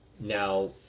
Now